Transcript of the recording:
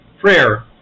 prayer